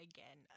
Again